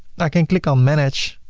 i can click on manage,